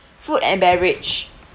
food and beverage